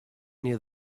near